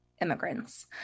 immigrants